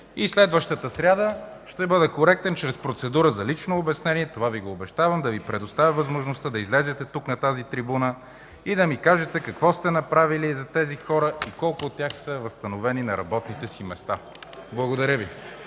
и следващата сряда ще бъда коректен чрез процедура за лично обяснение – това Ви го обещавам, да Ви предоставя възможността да излезете тук на тази трибуна и да ми кажете какво сте направили за тези хора и колко от тях са възстановени на работните си места. Благодаря Ви.